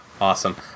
Awesome